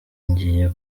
ngiye